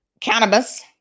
cannabis